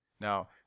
now